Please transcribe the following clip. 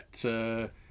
get